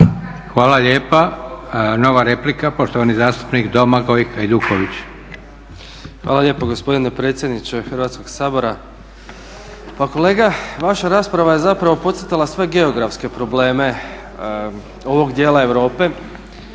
Hvala lijepa. Nova replika, poštovani zastupnik Domagoj Hajduković. **Hajduković, Domagoj (SDP)** Hvala lijepo gospodine predsjedniče Hrvatskog sabora. Pa kolega vaša rasprava je podcrtala sve geografske probleme ovog dijela Europe,